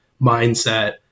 mindset